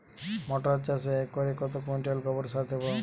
মটর চাষে একরে কত কুইন্টাল গোবরসার দেবো?